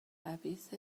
خبیث